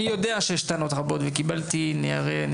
אני יודע שיש טענות רבות וקיבלתי ניירות